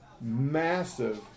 massive